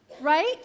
right